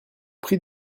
prie